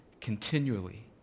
continually